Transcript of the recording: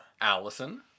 Allison